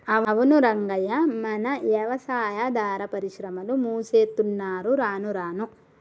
అవును రంగయ్య మన యవసాయాదార పరిశ్రమలు మూసేత్తున్నరు రానురాను